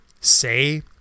say